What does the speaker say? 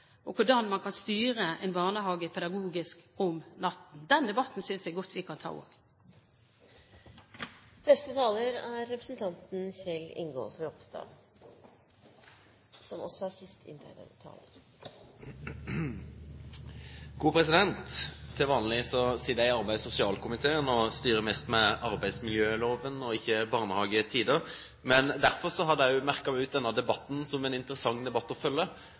og hvordan man kan styre en barnehage pedagogisk om natten. Den debatten synes jeg godt vi kan ta også. Til vanlig sitter jeg i arbeids- og sosialkomiteen og styrer mest med arbeidsmiljøloven, og ikke barnehagetider. Men derfor hadde jeg merket meg ut denne debatten som en interessant debatt å følge,